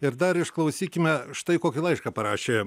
ir dar išklausykime štai kokį laišką parašė